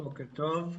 בוקר טוב.